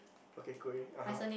okay great (uh huh)